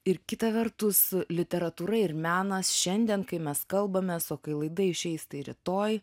ir kita vertus literatūra ir menas šiandien kai mes kalbamės o kai laida išeis tai rytoj